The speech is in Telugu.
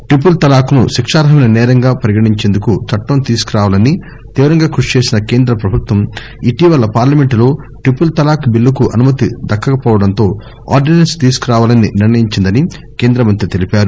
ట్రిపుల్ తలాక్ను శిక్షార్హమైన సేరంగా పరిగణించిందేకు చట్టం తీసుకురావాలని తీవ్రంగా కృషి చేసిన కేంద్ర ప్రభుత్వం ఇటీవల పార్లమెంట్లో ట్రిపుల్ తలాక్ బిల్లుకు అనుమతి దక్కకపోవడంతో ఆర్డినెన్స్ తీసుకురావాలని నిర్ణయించిందని కేంద్రమంత్రి తెలిపారు